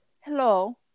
hello